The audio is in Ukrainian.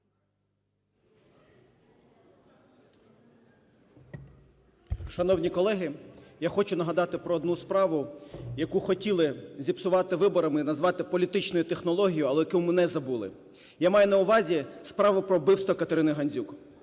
Шановні колеги, я хочу нагадати про одну справу, яку хотіли зіпсувати виборами і назвати політичною технологією, але яку ми не забули. Я маю на увазі справу про вбивство Катерини Гандзюк.